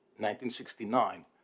1969